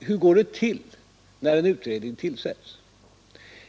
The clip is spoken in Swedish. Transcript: Hur går det nu till när en utredning tillsätts?